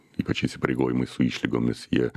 ypač įsipareigojimai su išlygomis jie